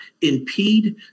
impede